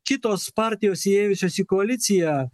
kitos partijos įėjusios į koaliciją